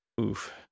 Oof